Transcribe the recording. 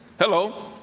Hello